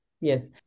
yes